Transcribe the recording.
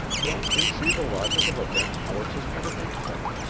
don't you see the logic of events forces me to think so?